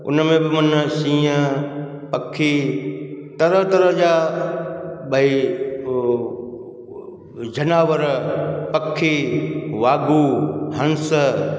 उन में माना शींहं पखी तरह तरह जा भई उहे जानवर पखी वागू हंस